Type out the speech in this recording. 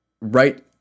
right